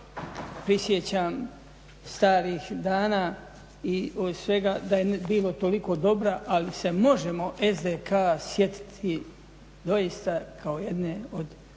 prisjećam starih dana i svega da je bilo toliko dobra, ali se možemo SDK sjetiti doista kao jedne